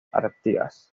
artigas